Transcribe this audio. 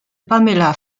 pamela